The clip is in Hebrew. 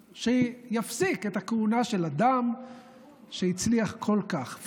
שיפסיק את הכהונה של אדם שהצליח כל כך.